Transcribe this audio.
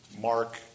Mark